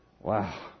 wow